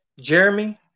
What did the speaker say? Jeremy